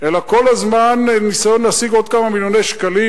אלא כל הזמן יש ניסיון להשיג עוד כמה מיליוני שקלים.